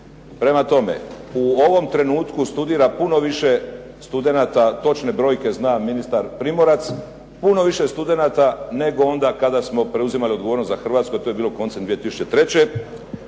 Prema tome, u ovom trenutku studira puno više studenata. Točne brojke zna ministar Primorac, puno više studenata nego onda kada smo preuzimali odgovornost za Hrvatsku, a to je bilo koncem 2003.